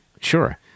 sure